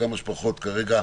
בכמה שפחות דיבורים כרגע,